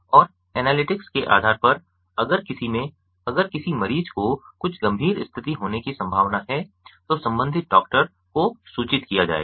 और एनालिटिक्स के आधार पर अगर किसी में अगर किसी मरीज को कुछ गंभीर स्थिति होने की संभावना है तो संबंधित डॉक्टर को सूचित किया जाएगा